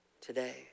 today